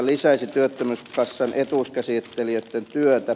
lisäisi työttömyyskassan etuuskäsittelijöitten työtä